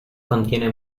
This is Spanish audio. contiene